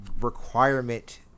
requirement